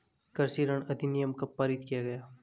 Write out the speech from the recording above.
कृषि ऋण अधिनियम कब पारित किया गया?